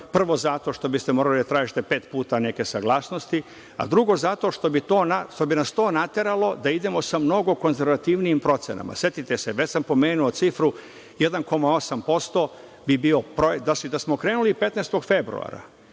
prvo, zato što biste morali da tražite pet puta neke saglasnosti, drugo, zato što bi nas to nateralo da idemo sa mnogo konzervativnijim procenama. Setite se, već sam pomenuo cifru, 1,8% bi bio, znači, da smo krenuli 15. februara